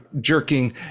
jerking